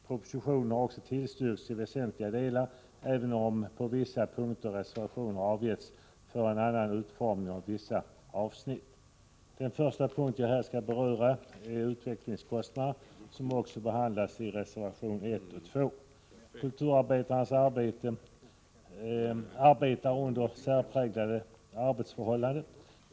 Propositionen har också tillstyrkts i väsentliga delar, även om reservationer på vissa punkter har avgetts för en annan utformning av vissa avsnitt. Den första punkt jag här skall beröra är utvecklingskostnaderna, som också behandlas i reservationerna 1 och 2. Kulturarbetarna har särpräglade arbetsförhållanden.